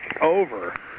over